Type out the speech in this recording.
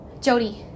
Jody